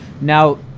Now